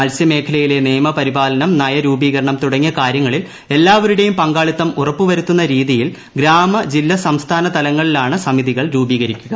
മത്സ്യമേഖലയിലെ നിയമപരിപാലനം നയരൂപീകരണം തുടങ്ങിയ കാരൃങ്ങളിൽ എല്ലാവരുടെയും പങ്കാളിത്തം ഉറപ്പുവരുത്തുന്ന രീതിയിൽ ഗ്രാമ ജില്ല സംസ്ഥാന തലങ്ങളിലാണ് സമിതികൾ രൂപീകരിക്കുക